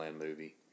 movie